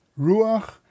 Ruach